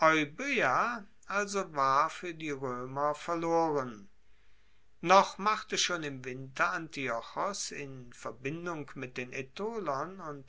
also war fuer die roemer verloren noch machte schon im winter antiochos in verbindung mit den